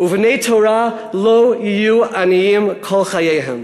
ובני תורה לא יהיו עניים כל חייהם.